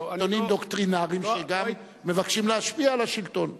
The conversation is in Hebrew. עיתונים דוקטרינריים שגם מבקשים להשפיע על השלטון.